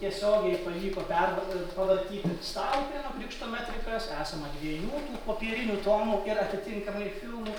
tiesiogiai pavyko per pavartyti stalupėnų krikšto metrikas esama dviejų popierinių tomų ir atitinkamai filmų